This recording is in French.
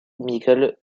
medical